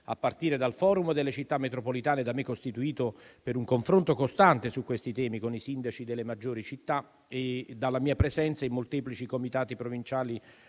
a partire dal Forum delle Città metropolitane, da me costituito per un confronto costante su questi temi con i sindaci delle maggiori città, e dalla mia presenza in molteplici Comitati provinciali